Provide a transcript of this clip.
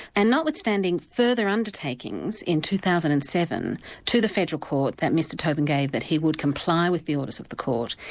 and notwithstanding further undertakings in two thousand and seven to the federal court that mr toben gave that he would comply with the orders of the court,